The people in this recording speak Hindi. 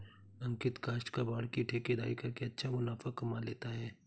अंकित काष्ठ कबाड़ की ठेकेदारी करके अच्छा मुनाफा कमा लेता है